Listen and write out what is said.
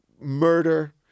murder